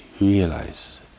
realize